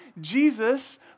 Jesus